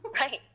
Right